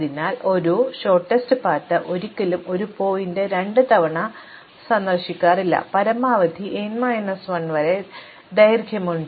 അതിനാൽ ഒരു ഹ്രസ്വ പാത ഒരിക്കലും ഒരേ ശീർഷകം രണ്ടുതവണ സന്ദർശിക്കാറില്ല പരമാവധി n മൈനസ് 1 വരെ ദൈർഘ്യമുണ്ട്